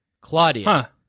Claudia